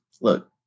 look